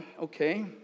okay